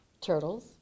turtles